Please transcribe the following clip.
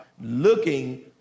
looking